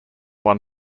won